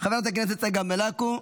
חבר הכנסת אבי מעוז,